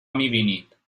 میبینید